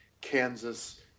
kansas